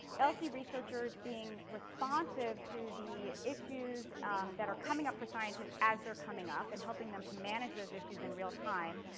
lc researchers being responsive to the issues that are coming up for scientists as they're coming up and helping them to manage those issues in real time,